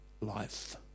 life